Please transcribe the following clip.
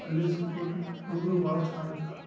ಹಳ್ಳಿ ಸ್ಕೂಲ್ ಹುಡುಗ್ರು ಭಾಳ ಚೆನ್ನಾಗಿ ಇರ್ತಾರೆ